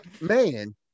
man